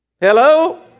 Hello